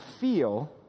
feel